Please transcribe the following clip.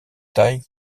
taille